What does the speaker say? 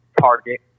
target